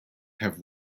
have